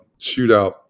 shootout